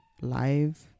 live